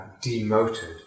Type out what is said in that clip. demoted